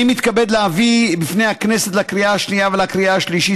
אני מתכבד להביא בפני הכנסת לקריאה השנייה ולקריאה השלישית